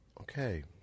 Okay